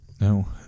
No